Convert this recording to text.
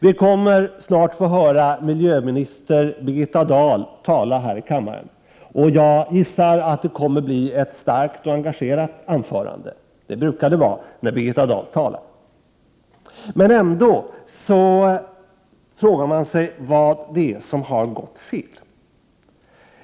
Vi kommer snart att få höra miljöminister Birgitta Dahl tala här i kammaren. Jag gissar att det blir ett starkt och engagerat anförande. Det brukar det vara när hon talar. Men ändå frågar man sig vad som har gått fel.